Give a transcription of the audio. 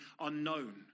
unknown